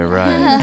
right